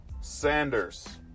Sanders